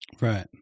Right